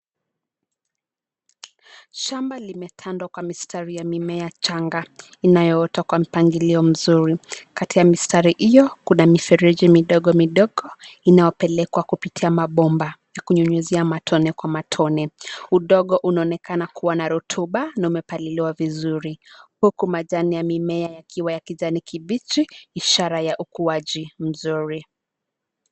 Shamba limetandwa kwa mistari ya mimea changa inayoota kwa mpangilio mzuri. Kati ya mistari hiyo kuna mifereji midogo midogo, inayopelekwa kupitia mabomba ya kunyunyizia matone kwa matone. Udongo unaonekana kuwa na rotuba na umepaliliwa vizuri, huku majani ya mimea yakiwa ya kijani kibichi ishara ya ukuwaji mzuri.